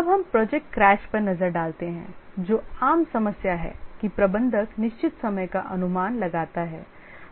अब हम project crash पर नज़र डालते हैं जो आम समस्या है कि प्रबंधक निश्चित समय का अनुमान लगाता है